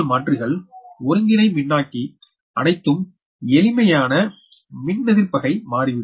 மாற்றிகள் ஒருங்கிணை மின்னாக்கி அணைத்தும் எளிமையான மின்னெதிர்ப்பகை மாறிவிடு